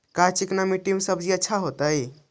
का चिकना मट्टी में सब्जी अच्छा होतै?